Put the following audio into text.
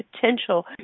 potential